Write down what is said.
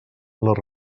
les